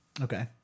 Okay